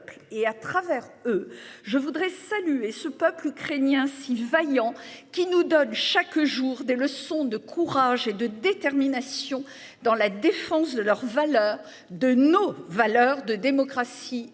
et à travers eux. Je voudrais saluer ce peuple ukrainien si vaillant qui nous donnent chaque jour des leçons de courage et de détermination dans la défense de leur valeur de nos valeurs de démocratie